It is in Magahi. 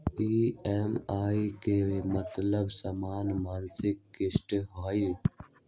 ई.एम.आई के मतलब समान मासिक किस्त होहई?